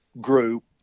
group